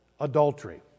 Adultery